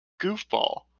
goofball